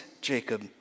Jacob